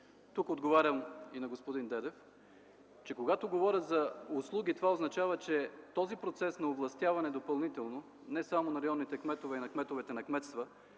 Тук отговарям и на господин Дедев, че когато говоря за услуги, това означава, че този процес на допълнително овластяване, не само на районите кметове, а и на кметовете на кметства,